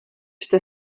jste